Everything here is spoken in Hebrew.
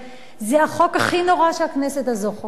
זה החוק הכי נורא שהכנסת הזאת חוקקה,